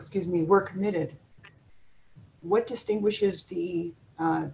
excuse me we're committed what distinguishes